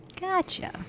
Gotcha